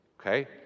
okay